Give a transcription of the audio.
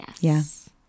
Yes